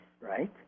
right